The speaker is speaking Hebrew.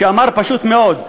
שאמר פשוט מאוד: